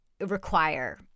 Require